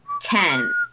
Ten